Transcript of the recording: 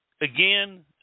Again